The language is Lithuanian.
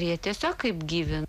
jie tiesiog kaip gyvi